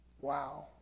Wow